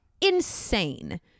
insane